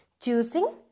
Choosing